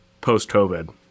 post-covid